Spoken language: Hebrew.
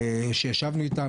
כשישבנו איתם,